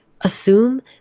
assume